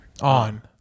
On